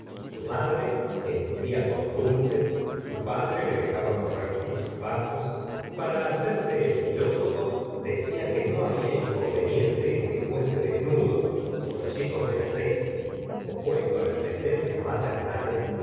su madre le nutría con dulces su padre le dejaba correr sin zapatos y para hacerse el filósofo decía que no había inconveniente en que fuese desnudo como los hijos de la g bestias opuesto las tendencias maternales